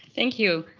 thank you.